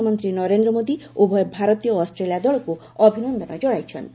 ପ୍ରଧାନମନ୍ତ୍ରୀ ନରେନ୍ଦ୍ର ମୋଦୀ ଉଭୟ ଭାରତୀୟ ଓ ଅଷ୍ଟ୍ରେଲିଆ ଦଳକୁ ଅଭିନନ୍ଦନ ଜଣାଇଛନ୍ତି